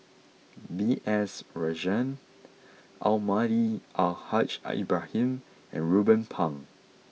B S Rajhans Almahdi Al Haj Ibrahim and Ruben Pang